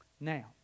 Now